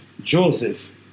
Joseph